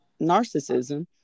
narcissism